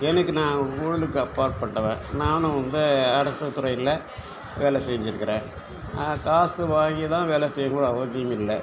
எனக்கு நான் ஊழலுக்கு அப்பாற்பட்டவன் நானும் வந்து அரசுத் துறையில் வேலை செஞ்சிருக்குகிறேன் நான் காசு வாங்கி தான் வேலை செய்யணுன்னு அவசியம் இல்லை